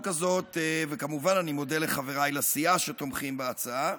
וכמובן אני מודה לחבריי לסיעה, שתומכים בהצעה,